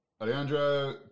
Alejandro